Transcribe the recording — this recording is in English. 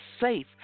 safe